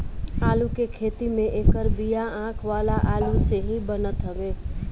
आलू के खेती में एकर बिया आँख वाला आलू से ही बनत हवे